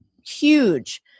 huge